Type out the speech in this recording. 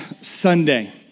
Sunday